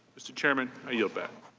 mr. chairman, i yield back.